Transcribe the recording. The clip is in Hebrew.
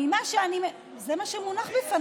ממה, מי